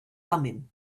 thummim